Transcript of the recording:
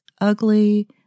ugly